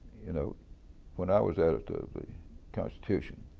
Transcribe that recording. you know when i was editor of the constitution,